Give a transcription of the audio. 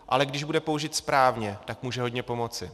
Ale když bude použit správně, tak může hodně pomoci.